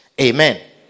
Amen